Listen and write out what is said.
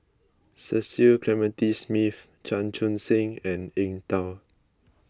Cecil Clementi Smith Chan Chun Sing and Eng Tow